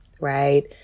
right